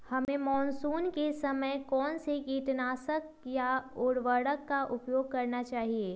हमें मानसून के समय कौन से किटनाशक या उर्वरक का उपयोग करना चाहिए?